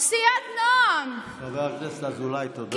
סיעת נעם, חבר הכנסת אזולאי, תודה.